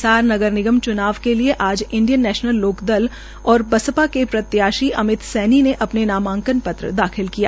हिसार नगर निगम चनाव के लिए आज इंडियन नैशनल लोकदल और बसपा के प्रत्याशी अमित सैनी ने अपने नामांकन पत्र दाखिल किए